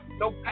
no